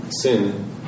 Sin